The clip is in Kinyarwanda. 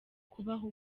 kubaho